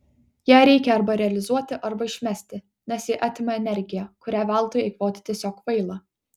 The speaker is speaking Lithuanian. ją reikia arba realizuoti arba išmesti nes ji atima energiją kurią veltui eikvoti tiesiog kvaila